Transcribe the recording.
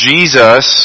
Jesus